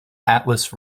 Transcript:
atlas